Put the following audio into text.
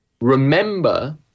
remember